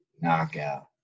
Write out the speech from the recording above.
knockout